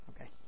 okay